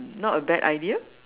not a bad idea